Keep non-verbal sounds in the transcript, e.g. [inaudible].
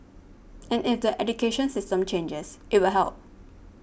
[noise] and if the education system changes it will help